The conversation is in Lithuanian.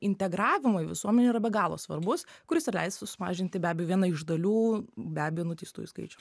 integravimui visuomenė yra be galo svarbus kuris ir leistų sumažinti be abejo viena iš dalių be abejo nuteistųjų skaičių